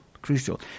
Crucial